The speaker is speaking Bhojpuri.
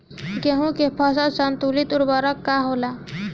गेहूं के फसल संतुलित उर्वरक का होला?